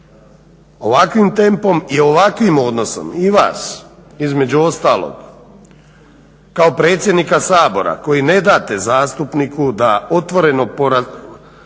ovakvim tempom i ovakvim odnosom i vas između ostalog kao predsjednika Sabora koji ne date zastupniku da otvoreno porazgovara